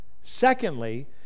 secondly